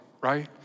right